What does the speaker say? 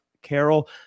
carol